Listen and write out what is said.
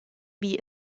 wie